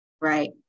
right